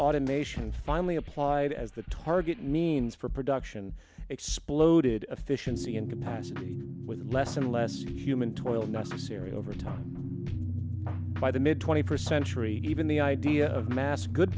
automation finally applied as a target means for production exploded efficiency and capacity with less and less human toil necessary overtime by the mid twenty percent or even the idea of mass good